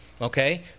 Okay